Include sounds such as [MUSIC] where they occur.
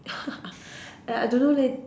[LAUGHS] I don't know leh